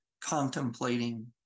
contemplating